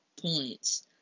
points